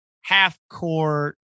half-court